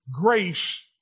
grace